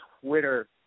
twitter